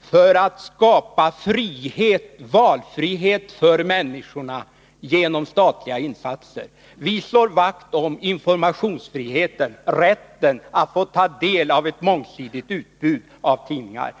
för att skapa valfrihet för människorna. Vi slår vakt om informationsfriheten, rätten att ta del av ett mångsidigt utbud av tidningar.